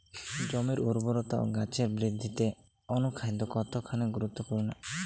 জমির উর্বরতা ও গাছের বৃদ্ধিতে অনুখাদ্য কতখানি গুরুত্বপূর্ণ?